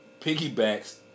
piggybacks